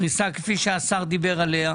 פריסה כפי שהשר דיבר עליה.